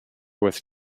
with